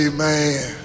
Amen